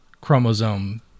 chromosome